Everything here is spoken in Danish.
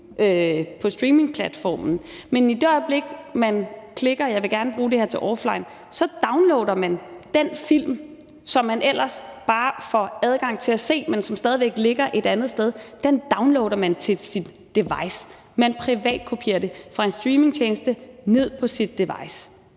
på streamingplatformen. Men i det øjeblik, man klikker på, at man gerne vil bruge det offline, så downloader man den film, som man ellers bare får adgang til at se, men som stadig væk ligger et andet sted, til sit device; man privatkopierer det fra en streamingtjeneste ned på sit device.